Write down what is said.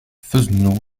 fesneau